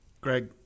Greg